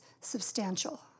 substantial